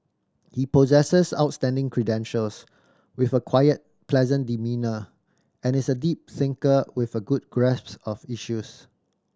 he possesses outstanding credentials with a quiet pleasant demeanour and is a deep thinker with a good grasps of issues